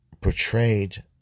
portrayed